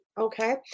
Okay